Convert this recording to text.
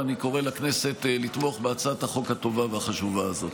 ואני קורא לכנסת לתמוך בהצעת החוק הטובה והחשובה הזאת.